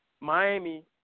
Miami